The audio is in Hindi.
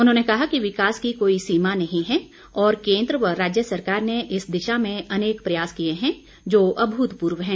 उन्होंने कहा कि विकास की कोई सीमा नहीं है और केन्द्र व राज्य सरकार ने इस दिशा में अनेक प्रयास किए हैं जो अमुतपूर्व हैं